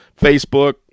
Facebook